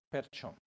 Perciò